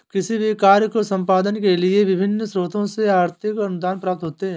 किसी भी कार्य के संपादन के लिए विभिन्न स्रोतों से आर्थिक अनुदान प्राप्त होते हैं